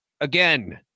Again